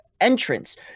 entrance